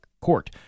Court